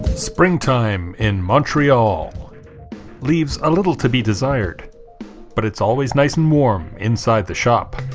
springtime in montreal leaves a little to be desired but it's always nice and warm inside the shop